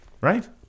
right